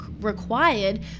required